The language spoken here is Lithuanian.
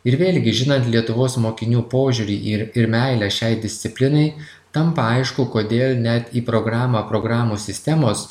ir vėlgi žinant lietuvos mokinių požiūrį ir ir meilę šiai disciplinai tampa aišku kodėl net į programą programų sistemos